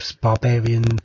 barbarian